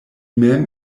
mem